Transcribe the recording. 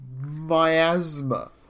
miasma